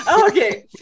okay